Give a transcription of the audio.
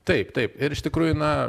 taip taip ir iš tikrųjų na